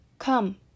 Come